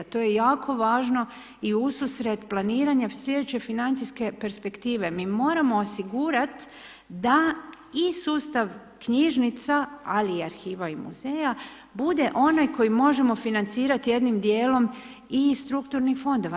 To je jako važno i ususret planiranja sljedeće financijske perspektive mi moramo osigurati da i sustav knjižnica ali i arhiva i muzeja bude onaj koji možemo financirati jednim dijelom i strukturnih fondova.